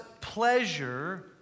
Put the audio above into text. pleasure